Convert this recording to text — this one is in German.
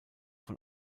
von